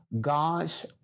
God's